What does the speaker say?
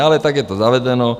Ale tak je to zavedeno.